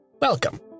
Welcome